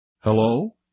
Hello